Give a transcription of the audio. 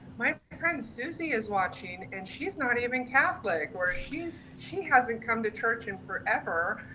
my friend susie is watching and she's not even catholic or she's, she hasn't come to church in forever,